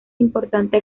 importante